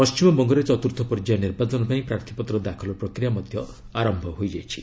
ପଣ୍ଢିମବଙ୍ଗରେ ଚତୁର୍ଥ ପର୍ଯ୍ୟାୟ ନିର୍ବାଚନ ପାଇଁ ପ୍ରାର୍ଥୀପତ୍ର ଦାଖଲ ପ୍ରକ୍ରିୟା ମଧ୍ୟ ଆରମ୍ଭ ହୋଇଯାଇଛି